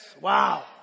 Wow